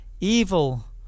Evil